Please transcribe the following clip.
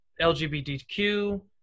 LGBTQ